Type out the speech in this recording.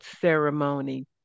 ceremony